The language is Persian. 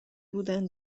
بودن